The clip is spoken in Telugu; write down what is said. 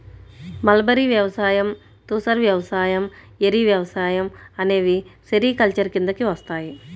మల్బరీ వ్యవసాయం, తుసర్ వ్యవసాయం, ఏరి వ్యవసాయం అనేవి సెరికల్చర్ కిందికి వస్తాయి